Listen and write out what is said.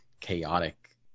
chaotic